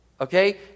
okay